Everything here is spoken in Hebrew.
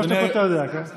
שלוש אתה יודע, כן?